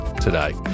today